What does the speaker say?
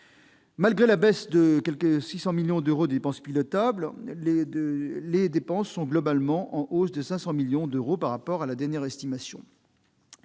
Malgré la baisse de presque 600 millions d'euros des « dépenses pilotables », les dépenses sont globalement en hausse de 500 millions d'euros par rapport à la dernière estimation.